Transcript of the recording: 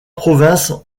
provinces